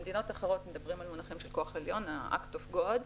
במדינות אחרות מדברים במונחים של כוח עליון force majeure ,Act of God,